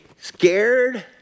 scared